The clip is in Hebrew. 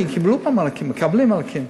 כי קיבלו את המענקים, מקבלים מענקים.